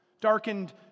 Darkened